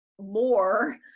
more